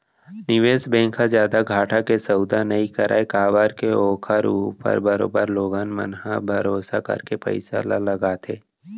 निवेस बेंक ह जादा घाटा के सौदा नई करय काबर के ओखर ऊपर बरोबर लोगन मन ह भरोसा करके पइसा ल लगाथे